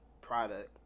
product